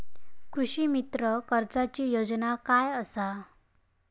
कृषीमित्र कर्जाची योजना काय असा?